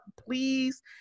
please